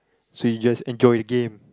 so you just enjoy the game